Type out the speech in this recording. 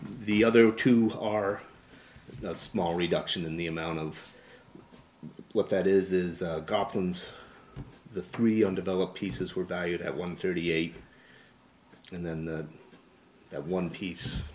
the other two are the small reduction in the amount of what that is is garcons the three undeveloped pieces were valued at one thirty eight and then that one piece